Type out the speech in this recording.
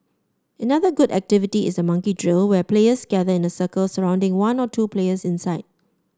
another good activity is the monkey drill where players gather in a circle surrounding one or two players inside